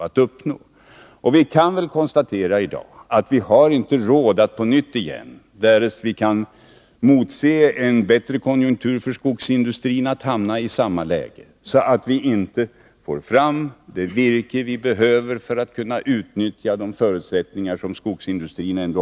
Vi kan väl i dag konstatera att vi inte på nytt i en bättre konjunktur för skogsindustrin har råd att hamna i ett läge där vi inte får fram det virke som vi behöver för att kunna utnyttja de förutsättningar som skogsindustrin har.